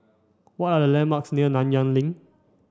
what are the landmarks near Nanyang Link